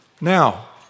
Now